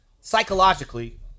psychologically